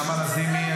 נעמה לזימי,